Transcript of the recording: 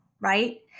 right